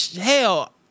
hell